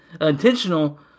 intentional